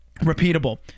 repeatable